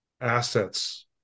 assets